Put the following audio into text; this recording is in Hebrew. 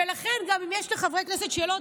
ולכן, גם אם יש לחברי כנסת שאלות,